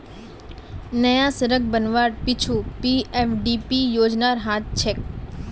नया सड़क बनवार पीछू पीएफडीपी योजनार हाथ छेक